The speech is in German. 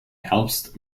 herbst